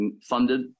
funded